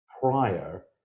prior